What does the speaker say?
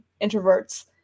introverts